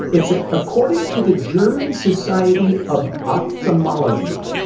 it's ah according to the german society of ophthalmology.